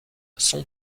sont